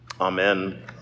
Amen